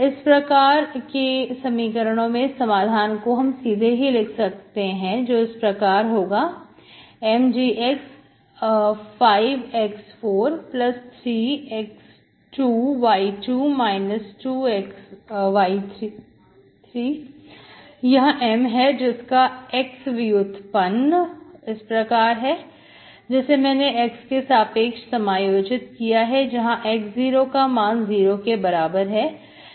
इस प्रकार में समाधान को सीधे ही लिख सकता हूं जो कि कुछ इस प्रकार होगा M dx 5 x43x2y2 2xy3 यह M है जिसका x व्युत्पन्न 0xMxy dx x5x3y2 x2y3 है जिसे मैंने एक्स के सापेक्ष समायोजित किया है जहां x0 का मान 0 के बराबर है